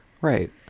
right